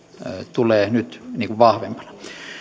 tulee nyt vahvempana